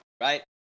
right